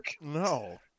no